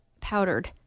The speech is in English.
Powdered